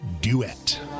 duet